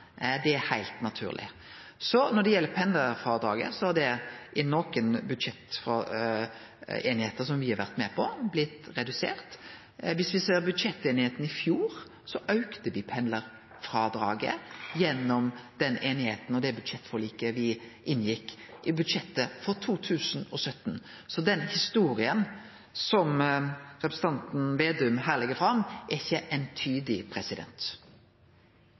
Det er heilt naturleg. Når det gjeld pendlarfrådraget, har det i nokre budsjettforlik me har vore med på, blitt redusert. Om me ser på budsjetteinigheita frå i fjor, auka me pendlarfrådraget gjennom det budsjettforliket me inngjekk i budsjettet for 2017. Så historia som representanten Slagsvold Vedum her legg fram, er ikkje